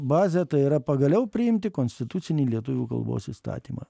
bazę tai yra pagaliau priimti konstitucinį lietuvių kalbos įstatymą